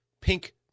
pink